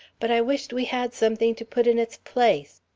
but i wish't we had something to put in its place.